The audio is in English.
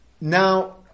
Now